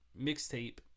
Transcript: mixtape